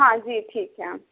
ہاں جی ٹھیک ہے